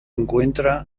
encuentra